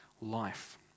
life